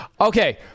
Okay